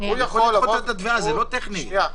זה לא טכני.